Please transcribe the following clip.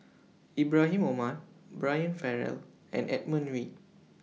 Ibrahim Omar Brian Farrell and Edmund Wee